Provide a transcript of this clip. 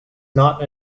not